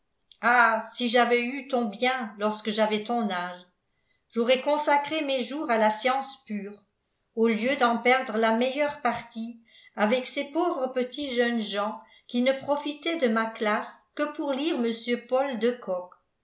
ah si j'avais eu ton bien lorsque j'avais ton âge j'aurais consacré mes jours à la science pure au lieu d'en perdre la meilleure partie avec ces pauvres petits jeunes gens qui ne profitaient de ma classe que pour lire mr paul de kock